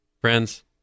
Friends